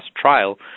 trial